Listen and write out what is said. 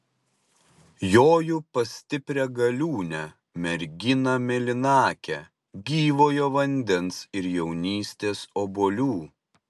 joju pas stiprią galiūnę merginą mėlynakę gyvojo vandens ir jaunystės obuolių